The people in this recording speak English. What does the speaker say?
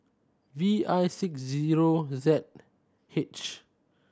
V I six zero Z H